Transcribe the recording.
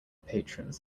patrons